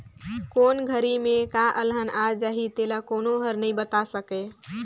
कोन घरी में का अलहन आ जाही तेला कोनो हर नइ बता सकय